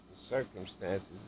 circumstances